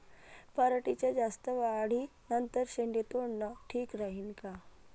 पराटीच्या जास्त वाढी नंतर शेंडे तोडनं ठीक राहीन का?